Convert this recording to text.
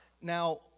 Now